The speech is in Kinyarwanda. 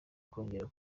kongera